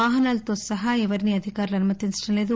వాహనాలతో సహా ఎవరినీ అధికారులు అనుమతించట్లేదు